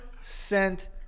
sent